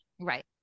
Right